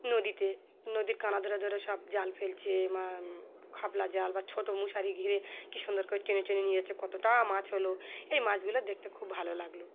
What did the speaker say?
নদীতে নদীর কানা ধরে ধরে সব জাল ফেলছে বা খাবলা জাল বা ছোটো মশারি ঘিরে কী সুন্দর করে টেনে টেনে নিয়ে যাচ্ছে কতটা মাছ হলো এই মাছগুলো দেখতে খুব ভালো লাগলো